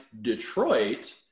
Detroit